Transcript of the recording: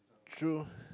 true